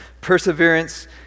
Perseverance